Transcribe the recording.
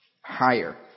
higher